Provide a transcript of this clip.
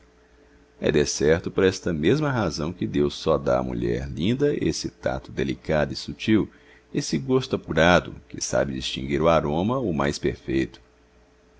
é decerto por esta mesma razão que deus só dá à mulher linda esse tato delicado e sutil esse gosto apurado que sabe distinguir o aroma mais perfeito